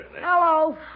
Hello